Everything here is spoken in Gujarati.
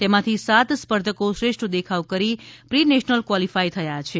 તેમાંથી સાત સ્પર્ધકો શ્રેષ્ઠ દેખાવ કરી પ્રિનેશનલ ક્વોલિફાય થયા છે